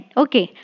okay